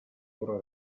loro